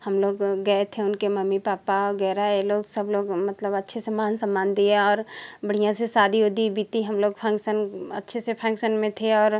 हम लोग गए थे उनके मम्मी पापा वगैरह ये लोग सब लोग मतलब अच्छे से मान सम्मान दिया बढ़िया से शादी उदी बीती हम लोग फंशन अच्छे से फंशन में थे और